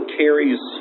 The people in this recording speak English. carries